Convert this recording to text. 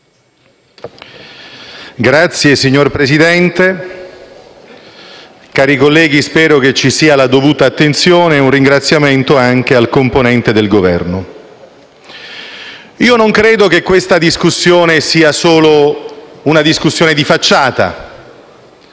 *(PD)*. Signor Presidente, cari colleghi, spero che ci sia la dovuta attenzione. Un ringraziamento va anche al rappresentante del Governo. Io non credo che questa sia solo una discussione di facciata;